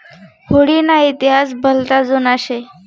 हुडी ना इतिहास भलता जुना शे